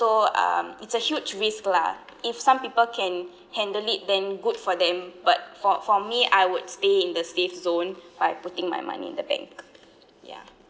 so um it's a huge risk lah if some people can handle it then good for them but for for me I would stay in the safe zone by putting my money in the bank ya